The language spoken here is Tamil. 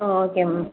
O okay ma'am